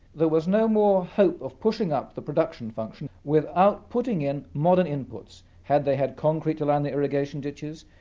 there was no more hope of pushing up the production function, without putting in modern inputs. had they had concrete to line the irrigation ditches,